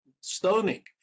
stoning